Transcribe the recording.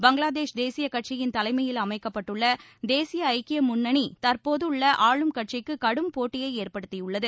பங்களாதேஷ் தேசிய கட்சியின் தலைமையில் அமைக்கப்பட்டுள்ள தேசிய ஐக்கிய முன்னணி தற்போதுள்ள ஆளும் கட்சிக்கு கடும் போட்டியை ஏற்படுத்தியுள்ளது